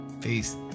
Peace